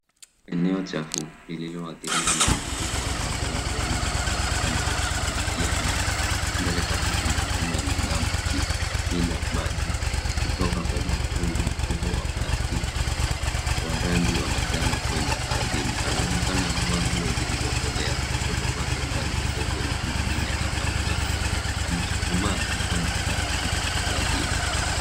Eneo chafu, lililoathiriwa na mafuriko, ambapo watu wawili wanaoonekana wakishughulikia maji. Mbele kabisa mwanaume ameinama aki mimina maji kutoka kwenye mtungi mkubwa wa plastiki, wa rangi wa manjano kwenda ardhini. Anaonekana amevaa nguo zilizokolea. Kushoto kwake, mbali kidogo, mtu mwingine labda mwanamke, amechuchumaa akifanya kitu ardhini.